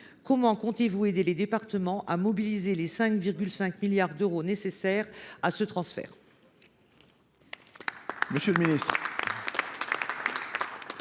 Comment comptez vous aider les départements à mobiliser les 5,5 milliards d’euros nécessaires à ce transfert ?